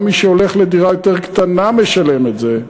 גם מי שהולך לדירה יותר קטנה משלם את זה,